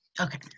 okay